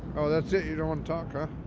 oh, that's it. you don't and and